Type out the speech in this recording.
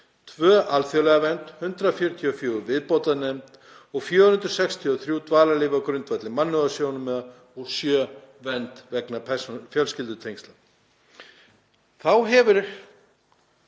alþjóðlega vernd, 144 viðbótarvernd og 463 dvalarleyfi á grundvelli mannúðarsjónarmiða og sjö vernd vegna fjölskyldutengsla. Þá hefur